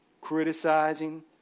criticizing